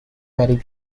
vary